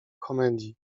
komedii